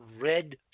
red